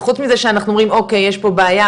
חוץ מזה שאנחנו אומרים אוקי יש פה בעיה,